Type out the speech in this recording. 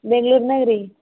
ಬೆಂಗ್ಳೂರ್ನಾಗ ರೀ